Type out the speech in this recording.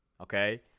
Okay